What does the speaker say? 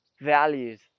values